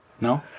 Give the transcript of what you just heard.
No